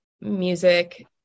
music